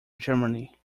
germany